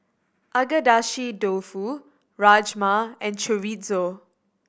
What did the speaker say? Agedashi Dofu Rajma and Chorizo